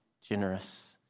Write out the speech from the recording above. generous